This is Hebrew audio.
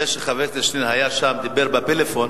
זה שחבר הכנסת שנלר היה שם, דיבר בפלאפון.